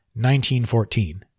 1914